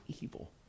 evil